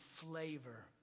flavor